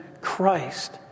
Christ